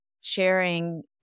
sharing